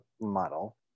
model